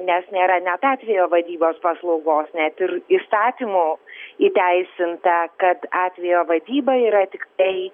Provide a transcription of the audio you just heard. nes nėra net atvejo vadybos paslaugos net ir įstatymu įteisinta kad atvejo vadyba yra tiktai